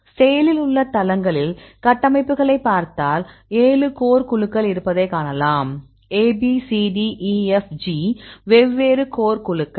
செயலில் உள்ள தளங்களில் கட்டமைப்புகளைப் பார்த்தால் 7 கோர் குழுக்கள் இருப்பதைக் காணலாம் A B C D E F G வெவ்வேறு கோர் குழுக்கள்